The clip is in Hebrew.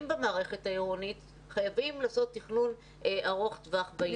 במערכת העירונית חייבים לעשות תכנון ארוך טווח בעניין.